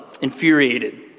infuriated—